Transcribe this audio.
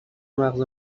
مغز